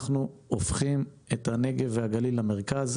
אנחנו הופכים את הנגב והגליל למרכז.